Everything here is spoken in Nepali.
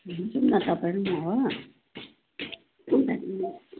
जाऊँ न तपाईँ र म हो जाऊँ न जाऊँ न